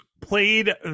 played